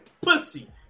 pussy